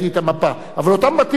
אבל אותם בתים שנרכשו,